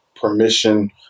permission